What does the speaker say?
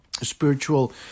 spiritual